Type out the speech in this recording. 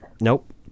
Nope